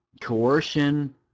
coercion